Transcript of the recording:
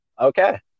Okay